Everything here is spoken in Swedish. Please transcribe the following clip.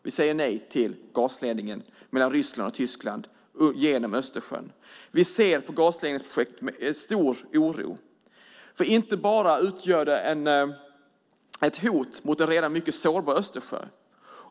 Vi säger nej till gasledningen mellan Ryssland och Tyskland genom Östersjön. Vi ser med stor oro på gasledningsprojektet som inte bara utgör ett hot mot ett redan mycket sårbart Östersjön.